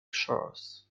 shores